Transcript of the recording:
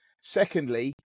Secondly